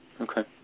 Okay